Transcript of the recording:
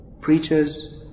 preachers